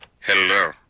Hello